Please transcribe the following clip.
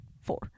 four